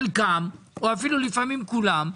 חלקן או לפעמים כולן,